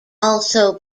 also